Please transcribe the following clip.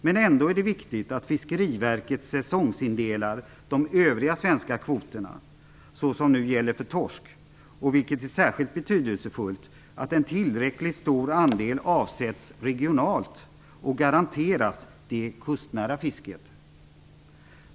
Men det är ändå viktigt att Fiskeriverket säsongsindelar de övriga svenska kvoterna så som nu gäller för torsk och, vilket är särskilt betydelsefullt, att en tillräckligt stor andel avsätts regionalt och garanteras det kustnära fisket.